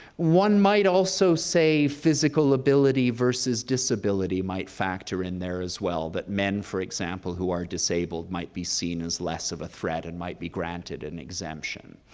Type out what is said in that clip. one might also say physical ability versus disability might factor in there as well, that men, for example, who are disabled might be seen as less of a threat and might be granted an exemption.